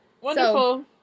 wonderful